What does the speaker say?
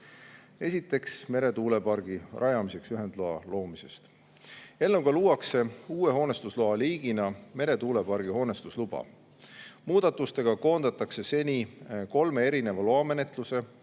Esiteks, meretuulepargi rajamiseks ühendloa loomine. Eelnõuga luuakse uue hoonestusloa liigina meretuulepargi hoonestusluba. Muudatustega koondatakse seni kolme erineva loamenetluse